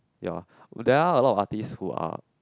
ya there are a lot of artists who are